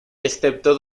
excepto